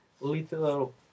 little